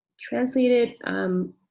translated